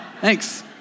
Thanks